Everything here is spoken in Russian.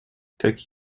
как